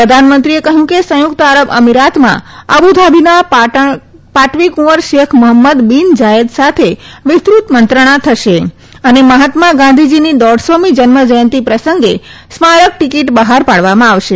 પ્રધાનમંત્રીએ કહ્યું કે સંયુક્ત આરબ અમીરાતમાં અબુધાબીના પાટણકુંવર શેખ મહંમદ બીન ઝાયેદ સાથે વિસ્તૃત મંત્રણા થશે તથા મહાત્માગાંધીજીની દોઢસોમી જન્મજ્યંતિ પ્રસંગે સ્મારક ટીકીટ બહાર પાડવામાં આવશે